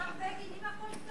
השר בגין, אם הכול טוב,